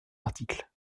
article